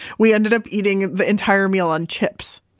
we ended up eating the entire meal on chips